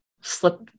slip